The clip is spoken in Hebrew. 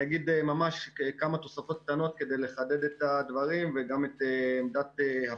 אני אגיד ממש כמה תוספות קטנות כדי לחדד את הדברים וגם את עמדת הפיקוד.